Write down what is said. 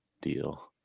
deal